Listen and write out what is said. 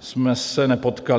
jsme se nepotkali.